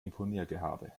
imponiergehabe